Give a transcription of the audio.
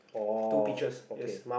two peaches